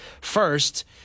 First